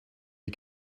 you